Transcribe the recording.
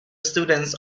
students